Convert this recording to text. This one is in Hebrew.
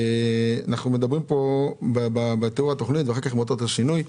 אנחנו מדברים כאן בתיאור התכנית ואחר כך בשינוי,